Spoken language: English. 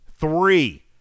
three